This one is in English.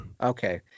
Okay